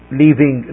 leaving